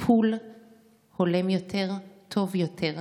טיפול הולם יותר, טוב יותר,